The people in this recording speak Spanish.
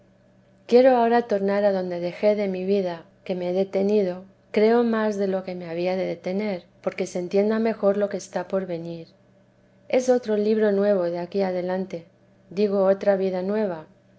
quiero ahora tornar adonde dejé de mi vida que me he detenido creo más de lo que me había de detener porque se entienda mejor lo que está por venir es otro libro nuevo de aquí adelante digo otra vida nueva